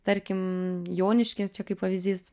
tarkim joniškį čia kaip pavyzdys